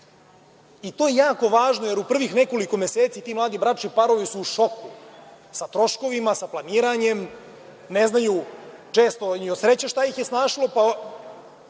To je jako važno, jer u prvih nekoliko meseci ti bračni parovi su u šoku, sa troškovima, sa planiranjem, ne znaju često ni od sreće šta ih je snašlo, pa